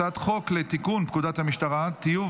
הצעת חוק לתיקון פקודת המשטרה (טיוב